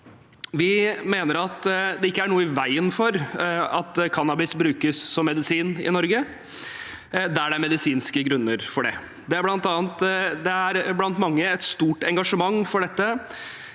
Vi mener at det ikke er noe i veien for at cannabis brukes som medisin i Norge, der det er medisinske grunner for det. Det er blant mange et stort engasjement for dette,